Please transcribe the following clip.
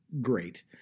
great